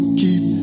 keep